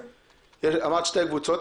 אמרת שתי קבוצות.